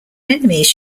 enemies